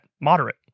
moderate